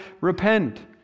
repent